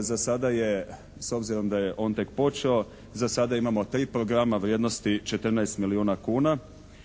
za sada je s obzirom da je on tek počeo za sada imamo tri programa vrijednosti 14 milijuna kuna.